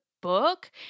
book